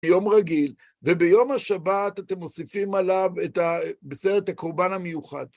יום רגיל, וביום השבת אתם מוסיפים עליו את, בסדר, את הקורבן המיוחד.